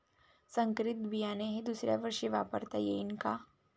संकरीत बियाणे हे दुसऱ्यावर्षी वापरता येईन का?